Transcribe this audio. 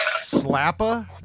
Slappa